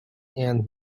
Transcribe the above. and